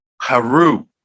Haru